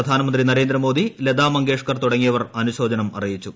പ്രധാനമന്ത്രി നരേന്ദ്രമോദി ലതാ മങ്കേഷ്കർ തുടങ്ങിയവർ അനുശോചനം അറിയിച്ചു